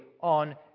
on